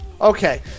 Okay